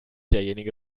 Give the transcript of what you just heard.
derjenige